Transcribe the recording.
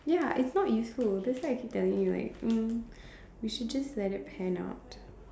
ya it's not useful that's why I keep telling you like um we should just let it pan out